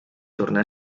tornar